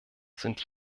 sind